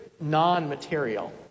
non-material